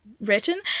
written